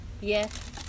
Yes